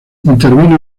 intervino